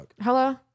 Hello